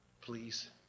Please